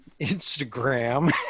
instagram